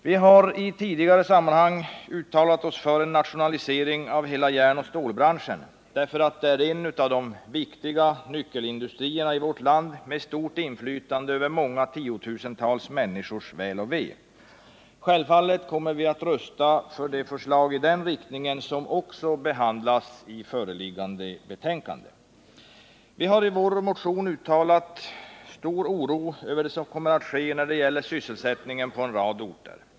Vi hari tidigare sammanhang uttalat oss för en nationalisering av hela järnoch stålbranschen, därför att det är en av de viktiga nyckelindustrierna i vårt land med stort inflytande över många tiotusentals människors väl och ve. Vi kommer självfallet att rösta för det förslag i den riktningen som också behandlas i föreliggande betänkande. Vi har i vår motion uttalat stor oro över det som kommer att ske när det gäller sysselsättningen på en rad orter.